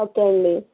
ఒకే అండి